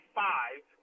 five